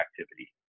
activity